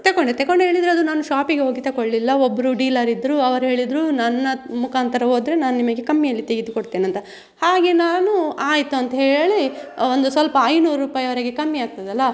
ತಗೊಂಡೆ ತಗೊಂಡೆ ಹೇಳಿದರೆ ಅದು ನಾನು ಶಾಪಿಗೆ ಹೋಗಿ ತಗೊಳ್ಳಿಲ್ಲ ಒಬ್ಬರು ಡೀಲರಿದ್ದರು ಅವರೇಳಿದರು ನನ್ನ ಮುಖಾಂತರ ಹೋದರೆ ನಾನು ನಿಮಗೆ ಕಮ್ಮಿಯಲ್ಲಿ ತೆಗೆದು ಕೊಡ್ತೀನಂತ ಹಾಗೆ ನಾನು ಆಯ್ತಂಥೇಳಿ ಒಂದು ಸ್ವಲ್ಪ ಐನೂರು ರೂಪಾಯಿವರೆಗೆ ಕಮ್ಮಿ ಆಗ್ತದಲ್ಲ